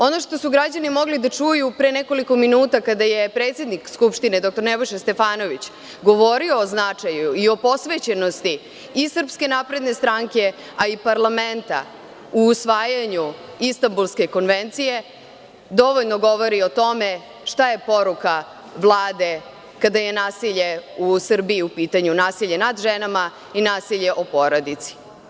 Ono što su građani mogli da čuju pre nekoliko minuta kada je predsednik Skupštine dr Nebojša Stefanović govorio o značaju i posvećenosti i SNS, a i parlamenta u usvajanju Istambulske konvencije, dovoljno govori o tome šta je poruka Vlade kada je nasilje u Srbiji u pitanju, nasilje nad ženama i nasilje u porodici.